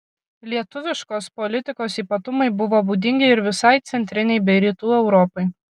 lietuviškos politikos ypatumai buvo būdingi ir visai centrinei bei rytų europai